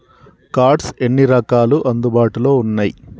Cards ఎన్ని రకాలు అందుబాటులో ఉన్నయి?